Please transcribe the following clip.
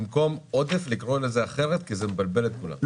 במקום עודף לקרוא לזה אחרת, כי זה מבלבל את כולם.